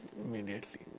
immediately